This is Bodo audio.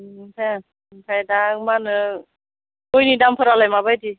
ओमफ्राय दा माहोनो गयनि दामफोरालाय माबायदि